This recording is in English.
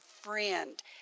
Friend